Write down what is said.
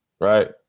right